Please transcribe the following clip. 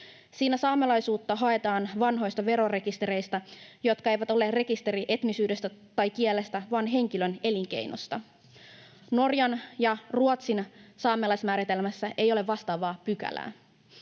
Siinä saamelaisuutta haetaan vanhoista verorekistereistä, jotka eivät ole rekistereitä etnisyydestä tai kielestä vaan henkilön elinkeinosta. Norjan ja Ruotsin saamelaismääritelmässä ei ole vastaavaa pykälää.